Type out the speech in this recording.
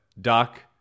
Doc